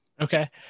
Okay